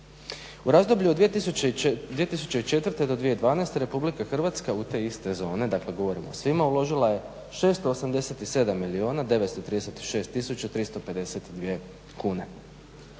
U razdoblju od 2004.do 2012. RH u te iste zone dakle govorimo o svima uložila je 687 milijuna